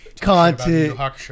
content